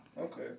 Okay